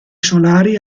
solari